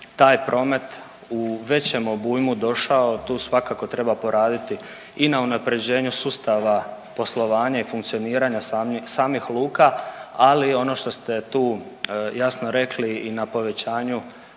taj promet u većem obujmu došao, tu svakako treba poraditi i na unaprjeđenju sustava poslovanja i funkcioniranja samih luka, ali ono što ste tu jasno rekli i na povećanju